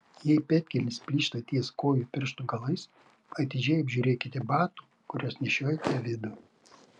jei pėdkelnės plyšta ties kojų pirštų galais atidžiai apžiūrėkite batų kuriuos nešiojate vidų